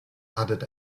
added